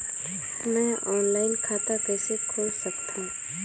मैं ऑनलाइन खाता कइसे खोल सकथव?